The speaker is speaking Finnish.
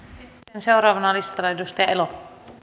ja seuraavana listalla edustaja elo